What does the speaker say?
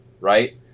right